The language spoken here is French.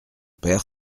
père